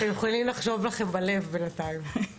אתם יכולים לחשוב לכם בלב בינתיים.